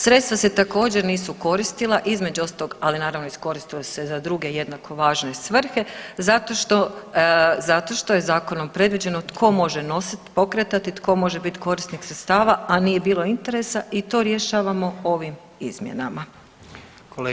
Sredstva se također nisu koristila između ostalog, ali naravno koristili su se za druge jednako važne svrhe zato što je zakonom predviđeno tko može nositi, pokretati, tko može biti korisnik sredstava a nije bilo interesa i to rješavamo ovim izmjenama.